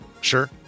sure